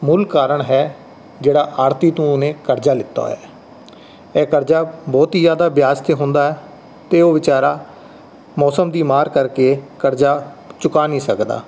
ਮੂਲ ਕਾਰਨ ਹੈ ਜਿਹੜਾ ਆੜ੍ਹਤੀ ਤੋਂ ਉਹਨੇ ਕਰਜ਼ਾ ਲਿੱਤਾ ਹੈ ਇਹ ਕਰਜ਼ਾ ਬਹੁਤ ਹੀ ਜ਼ਿਆਦਾ ਵਿਆਜ 'ਤੇ ਹੁੰਦਾ ਅਤੇ ਉਹ ਬੇਚਾਰਾ ਮੌਸਮ ਦੀ ਮਾਰ ਕਰਕੇ ਕਰਜ਼ਾ ਚੁਕਾ ਨਹੀਂ ਸਕਦਾ